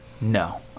No